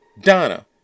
Donna